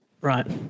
Right